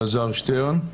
אלעזר שטרן,